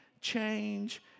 change